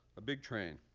a big train,